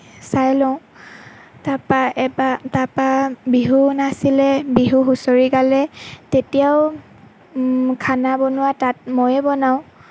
চাই লওঁ তাৰ পৰা এবাৰ তাৰ পৰা বিহু নাছিলে বিহু হুঁচৰি গালে তেতিয়াও খানা বনোৱা তাত মইয়েই বনাওঁ